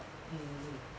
mm